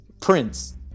Prince